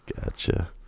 gotcha